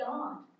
God